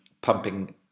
pumping